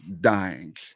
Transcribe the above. dying